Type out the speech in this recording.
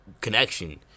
connection